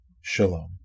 shalom